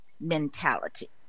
mentality